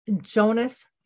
Jonas